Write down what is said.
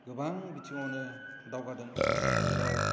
गोबां बिथिंआवनो दावगादों जेराव